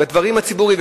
בדברים הציבוריים,